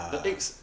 the eggs